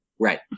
Right